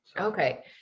okay